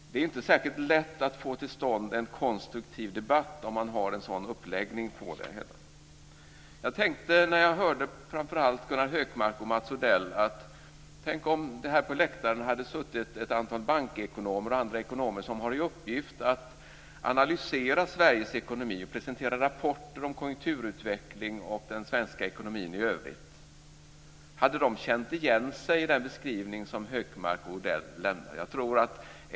Det är inte särskilt lätt att få till stånd en konstruktiv debatt om man har en sådan uppläggning på det hela. Jag tänkte, framför allt när jag hörde på Gunnar Hökmark och Mats Odell: Tänk om det här på läktaren hade suttit ett antal bankekonomer och andra ekonomer som har i uppgift att analysera Sveriges ekonomi och presentera rapporter om konjunkturutvecklingen och den svenska ekonomin i övrigt. Hade de känt igen sig i den beskrivning som Hökmark och Odell gjorde?